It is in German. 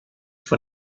von